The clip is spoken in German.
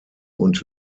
und